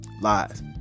Lies